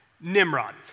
Nimrod